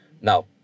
Now